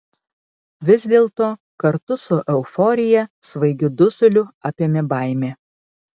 vis dėlto kartu su euforija svaigiu dusuliu apėmė baimė